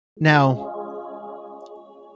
Now